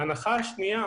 ההנחה השנייה